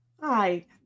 Hi